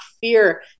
fear